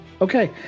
okay